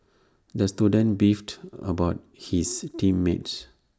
the student beefed about his team mates